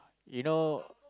you know